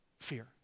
fear